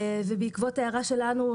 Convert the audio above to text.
ובעקבות ההערה שלנו,